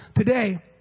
Today